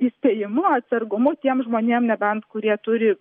įspėjimu atsargumu tiem žmonėm nebent kurie turi